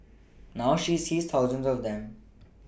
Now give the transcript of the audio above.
now she sees thousands of them